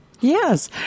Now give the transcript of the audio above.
Yes